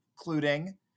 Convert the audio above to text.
including